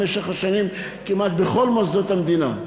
במשך השנים כמעט בכל מוסדות המדינה,